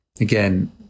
Again